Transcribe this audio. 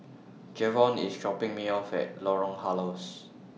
Jevon IS dropping Me off At Lorong Halus